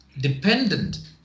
dependent